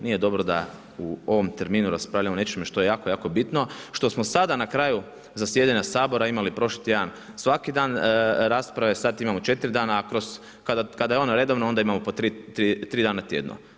Nije dobro da u ovom terminu raspravljamo o nečemu što je jako, jako bitno, što smo sada na kraju zasjedanja Sabora imali prošli tjedan svaki dan rasprave, sada imamo 4 dana a kroz, kada je ono redovno onda imamo po 3 dana tjedno.